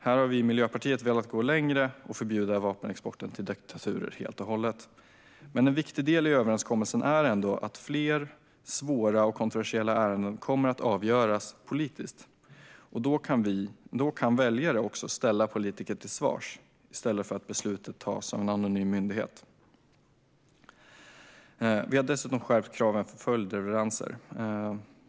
Här har vi i Miljöpartiet velat gå längre och förbjuda vapenexport till diktaturer helt och hållet. En viktig del i överenskommelsen är ändå att fler svåra och kontroversiella ärenden kommer att avgöras politiskt. Då kan väljare ställa politiker till svars i stället för att beslutet fattas av en anonym myndighet. Vi har dessutom skärpt kraven för följdleveranser.